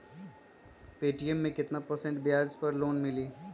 Paytm मे केतना percent ब्याज पर लोन मिली?